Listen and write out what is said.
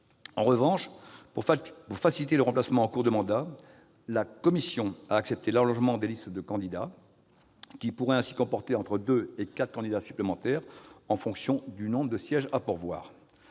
En revanche, pour faciliter les remplacements en cours de mandat, elle a accepté l'allongement des listes de candidats, qui pourraient ainsi comporter entre deux et quatre candidats supplémentaires en fonction du nombre de sièges à pourvoir.